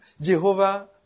Jehovah